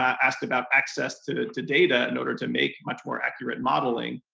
asked about access to to data in order to make much more accurate modeling.